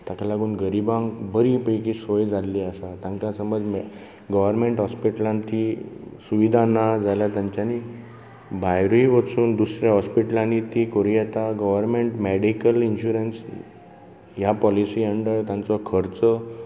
ताका लागून गरीबांक बरें पैकी सोय जाल्ली आसा तांका समज गर्वरमेंट हॉस्पीटलांत ती सुवीधा ना जाल्यार तांच्यानी भायरूय वचून दुसऱ्या हॉस्पीटलांनी ती करूं येता गर्वरमेंट मॅडीकल इन्श्यूरन्स ह्या पॉलीसी अंडर तांचो खर्च